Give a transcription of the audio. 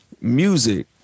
music